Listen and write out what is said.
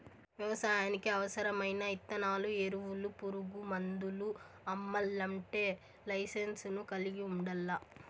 వ్యవసాయానికి అవసరమైన ఇత్తనాలు, ఎరువులు, పురుగు మందులు అమ్మల్లంటే లైసెన్సును కలిగి ఉండల్లా